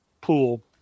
pool